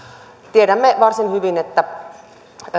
tiedämme varsin hyvin että